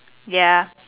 ya